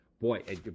Boy